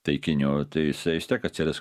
taikinių tai jisai vis tiek atsiras